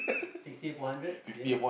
sixty upon hundred yes